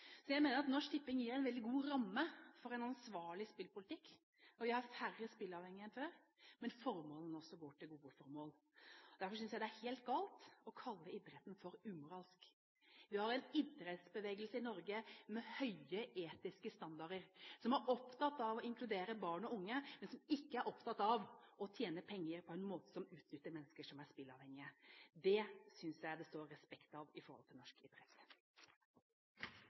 Så jeg mener at Norsk Tipping gir en veldig god ramme for en ansvarlig spillpolitikk. Vi har færre spilleavhengige enn før, men overskuddet går også til gode formål. Derfor synes jeg det er helt galt å kalle idretten for umoralsk. Vi har en idrettsbevegelse i Norge med høye etiske standarder som er opptatt av å inkludere barn og unge, men som ikke er opptatt av å tjene penger på en måte som utnytter mennesker som er spilleavhengige. Det synes jeg det står respekt av i forhold til norsk